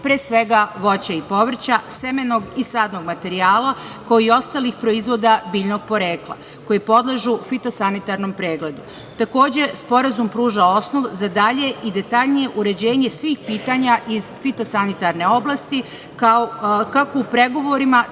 pre svega voća i povrća, semenog i sadnog materijala, kao i ostalih proizvoda biljnog porekla koji podležu fitosanitarnom preglegu. Takođe, Sporazum pruža osnov za dalje i detaljnije uređenje svih pitanja iz fitosanitarne oblasti, kako u pregovorima,